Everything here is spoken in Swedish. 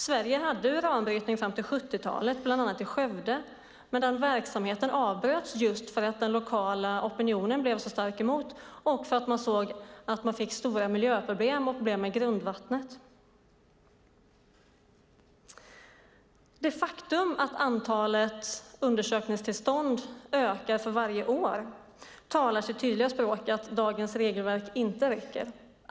Sverige hade uranbrytning fram till 70-talet, bland annat i Skövde, men den verksamheten avbröts just för att den lokala opinionen emot blev så stark och för att man såg att man fick stora miljöproblem och problem med grundvattnet. Det faktum att antalet undersökningstillstånd ökar för varje år talar sitt tydliga språk och visar att dagens regelverk inte räcker.